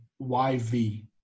YV